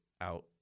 out